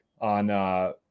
on